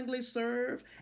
serve